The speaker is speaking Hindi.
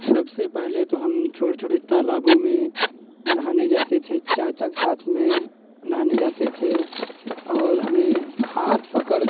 सबसे पहले तो हम छोटे छोटे तालाबों में नहाने जाते थे चाचा के साथ में नहाने जाते थे और हमें हाथ पकड़